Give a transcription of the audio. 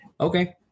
okay